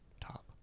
Top